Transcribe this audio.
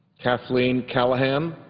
kathleen callahan,